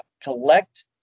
collect